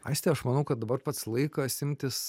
aisti aš manau kad dabar pats laikas imtis